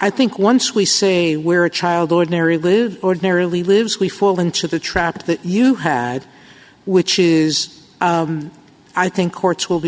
i think once we say where a child ordinary lives ordinarily lives we fall into the trap that you had which is i think courts will be